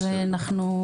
אז אנחנו,